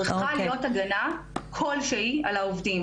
צריכה להיות הגנה כלשהי על העובדים.